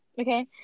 Okay